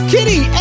Kitty